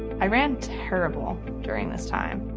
i ran terrible during this time.